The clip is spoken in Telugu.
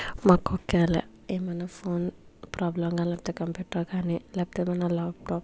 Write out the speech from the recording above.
మాకు ఒకేళ ఏమన్నా ఫోన్ ప్రాబ్లెమ్గా లేకపోతే కంపూటర్ కాని లేకపోతే ఏమన్నా ల్యాప్టాప్